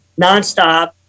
nonstop